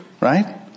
right